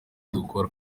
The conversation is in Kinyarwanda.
dukora